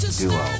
duo